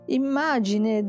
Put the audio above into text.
immagine